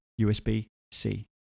USB-C